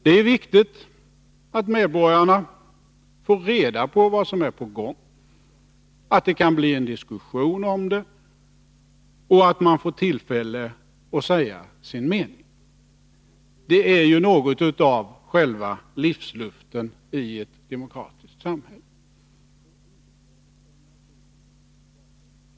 Det är viktigt att medborgarna får reda på vad som är på gång, att det kan bli en diskussion om det och att man får tillfälle att säga sin mening. Detta är ju något av själva livsluften i ett demokratiskt samhälle.